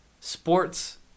sports